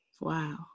Wow